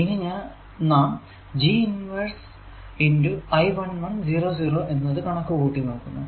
ഇനി നാം G inverse × I 1 0 0 എന്നത് കണക്കു കൂട്ടുന്നു